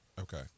Okay